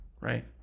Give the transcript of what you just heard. right